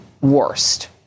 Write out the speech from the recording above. worst